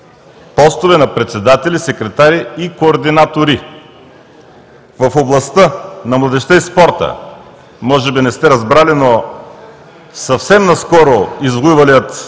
постове на председатели, секретари и координатори. В областта на младежта и спорта – може би не сте разбрали, но съвсем наскоро извоювалият